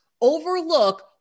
overlook